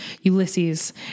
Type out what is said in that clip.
Ulysses